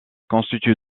constitue